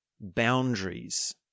boundaries